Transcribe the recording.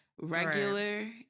regular